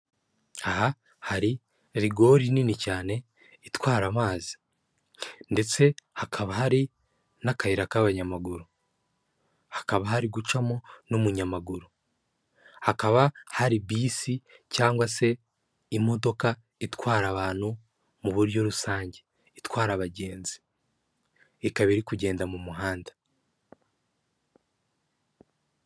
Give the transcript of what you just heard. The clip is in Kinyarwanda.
Aha hari rigori nini cyane itwara amazi ndetse hakaba hari n'akayira k'abanyamaguru, hakaba hari gucamo n'umunyamaguru, hakaba hari bisi cyangwa se imodoka itwara abantu mu buryo rusange, itwara abagenzi, ikaba iri kugenda mu muhanda.